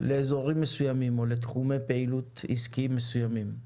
לאזורים מסוימים או לתחומי פעילות עסקיים מסוימים.